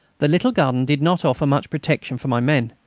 the little garden did not offer much protection for my men.